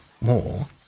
more